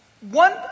one